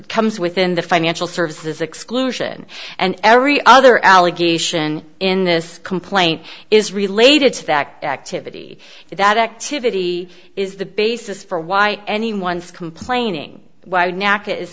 within the financial services exclusion and every other allegation in this complaint is related to that activity that activity is the basis for why anyone's complaining